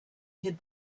had